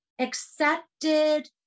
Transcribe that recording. accepted